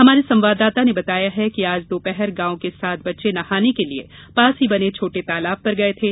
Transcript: हमारे संवाददाता ने बताया है कि आज दोपहर गांव के सात बच्चे नहाने के लिये पास ही बने छोटे तालाब पर गये थे